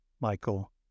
Michael